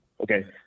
Okay